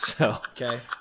Okay